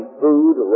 food